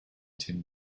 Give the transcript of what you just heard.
tim